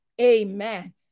Amen